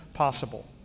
possible